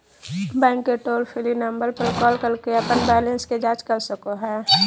bank के toll free number पर call करके अपन बैलेंस के जांच कर सको हइ